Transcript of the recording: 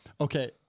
Okay